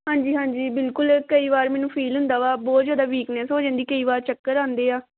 ਹਾਂਜੀ ਹਾਂਜੀ ਬਿਲਕੁਲ ਕਈ ਵਾਰ ਮੈਨੂੰ ਫੀਲ ਹੁੰਦਾ ਵਾ ਬਹੁਤ ਜ਼ਿਆਦਾ ਵੀਕਨੈਸ ਹੋ ਜਾਂਦੀ ਕਈ ਵਾਰ ਚੱਕਰ ਆਉਂਦੇ ਆ